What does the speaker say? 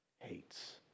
hates